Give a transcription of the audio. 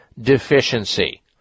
deficiency